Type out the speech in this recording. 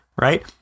right